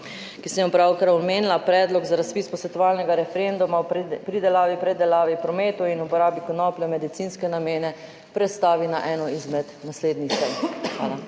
ki sem jo pravkar omenila, Predlog za razpis posvetovalnega referenduma o pridelavi, predelavi, prometu in uporabi konoplje v medicinske namene, prestavi na eno izmed naslednjih sej. Hvala.